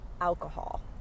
alcohol